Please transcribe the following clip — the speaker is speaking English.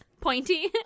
Pointy